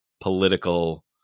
political